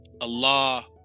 Allah